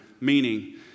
meaning